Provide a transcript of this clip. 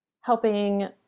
helping